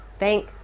Thank